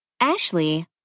Ashley